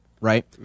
right